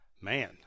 Man